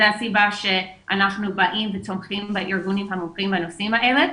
זו הסיבה שאנחנו תומכים בארגונים המומחים בנושאים האלה,